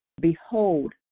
behold